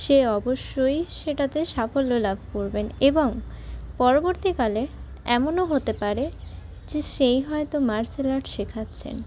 সে অবশ্যই সেটাতে সাফল্য লাভ করবে এবং পরবর্তীকালে এমনও হতে পারে যে সেই হয়তো মার্শাল আর্ট শেখাচ্ছেন